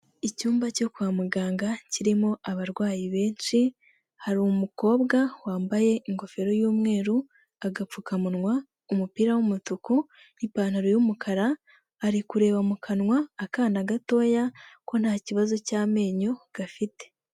Icyumba cyo kwa muganga kirimo abarwayi benshi, hari umukobwa wambaye ingofero y'umweru, agapfukamunwa, umupira w'umutuku n'ipantaro y'umukara, ari kureba mu kanwa akana gatoya ko nta kibazo cy'amenyo gafite.